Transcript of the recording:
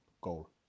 goal